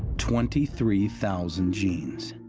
twenty three thousand genes,